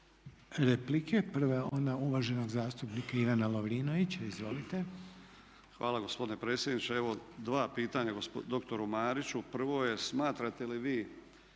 replike. Prva je ona uvaženog zastupnika Ivana Lovrinovića. Izvolite. **Lovrinović, Ivan (MOST)** Hvala gospodine predsjedniče. Evo dva pitanja dr. Mariću. Prvo je, smatrate li vi